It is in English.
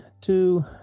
two